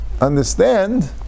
understand